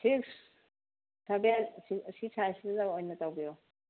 six ꯁꯕꯦꯟ ꯑꯁꯤ ꯁꯥꯏꯖꯁꯤꯗ ꯑꯣꯏꯅ ꯇꯧꯕꯤꯌꯣ